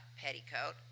petticoat